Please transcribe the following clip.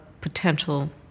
potential